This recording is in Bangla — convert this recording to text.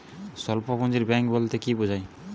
স্বল্প পুঁজির ব্যাঙ্ক বলতে কি বোঝায়?